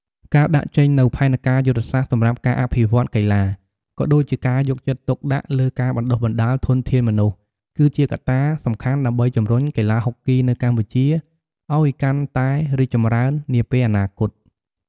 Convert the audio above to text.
ការដាក់ចេញនូវផែនការយុទ្ធសាស្ត្រសម្រាប់ការអភិវឌ្ឍន៍កីឡា ក៏ដូចជាការយកចិត្តទុកដាក់លើការបណ្ដុះបណ្ដាលធនធានមនុស្ស គឺជាកត្តាសំខាន់ដើម្បីជំរុញកីឡាហុកគីនៅកម្ពុជាឲ្យកាន់តែរីកចម្រើននាពេលអនាគត។